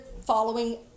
following